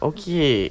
Okay